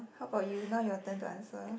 how about you now you are ten to answer